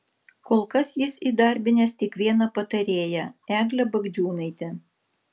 kol kas jis įdarbinęs tik vieną patarėją eglę bagdžiūnaitę